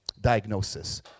diagnosis